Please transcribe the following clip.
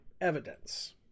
evidence